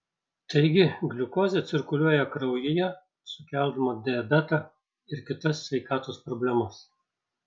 taigi gliukozė cirkuliuoja kraujyje sukeldama diabetą ir kitas sveikatos problemas